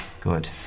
Good